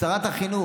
שרת החינוך,